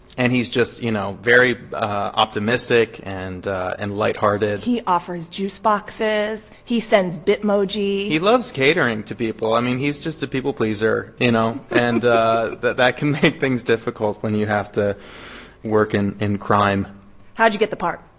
and he's just, you know, very optimistic and and lighthearted he offers juice boxes. he sends bitmoji he loves catering to people. i mean, he's just a people pleaser, you know? and ah that that can make things difficult when you you have to work in in crime how'd you get the part?